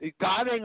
God